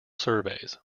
surveys